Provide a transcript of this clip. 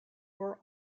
were